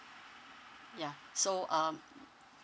ya so um